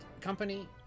company